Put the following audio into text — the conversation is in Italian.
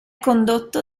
condotto